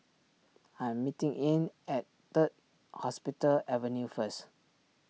I am meeting Ean at Third Hospital Avenue first